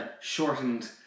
shortened